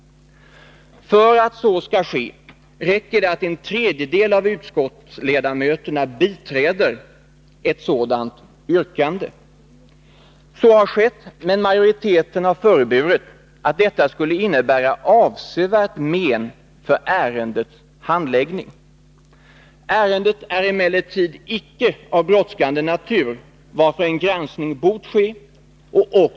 För att så skall ske räcker det att en tredjedel av utskottsledamöterna biträder ett sådant yrkande. Så har skett, men majoriteten har föreburit att det skulle innebära avsevärt men för ärendets handläggning. Ärendet är emellertid icke av brådskande natur, varför en granskning bort ske.